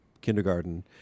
kindergarten